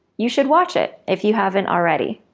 you should watch it, if you haven't already.